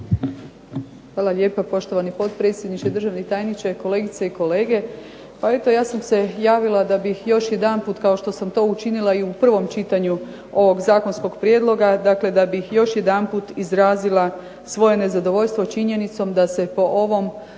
Hvala lijepa, poštovani potpredsjedniče. Državni tajniče, kolegice i kolege. Pa eto ja sam se javila da bih još jedanput, kao što sam to učinila i u prvom čitanju ovog zakonskog prijedloga, dakle da bih još jedanput izrazila svoje nezadovoljstvo činjenicom da se po ovom